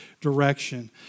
direction